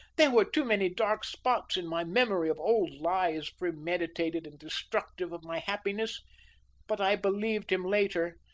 there were too many dark spots in my memory of old lies premeditated and destructive of my happiness but i believed him later,